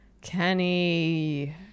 Kenny